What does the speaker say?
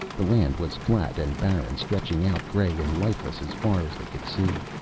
the land was flat and barren, stretching out gray and lifeless as far as they could see.